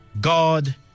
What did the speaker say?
God